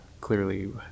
clearly